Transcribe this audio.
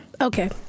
Okay